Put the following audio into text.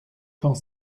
quand